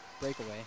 breakaway